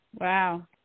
Wow